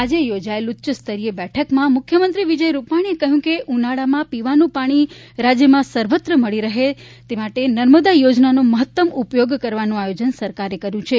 આજે યોજાયેલી ઉચ્ચસ્તરીય બેઠકમાં મુખ્યમંત્રી વિજય રૂપાણીએ કહ્યું છે કે ઉનાળામાં પીવાનું પાણી રાજ્યમાં સર્વત્ર મળી રહે છે માટે નર્મદા યોજનાનો મહત્તમ ઉપયોગ કરવાનું આયોજન સરકારે કર્યું છે